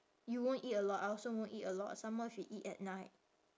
you won't eat a lot I also won't eat a lot some more if you eat at night